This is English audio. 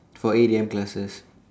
for eight A_M classes